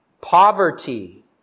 poverty